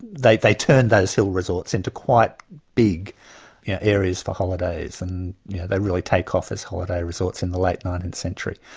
they they turned those hill resorts into quite big yeah areas for holidays, and they really take off as holiday resorts in the late nineteenth century.